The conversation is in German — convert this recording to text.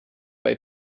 bei